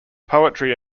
poetry